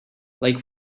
like